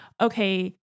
okay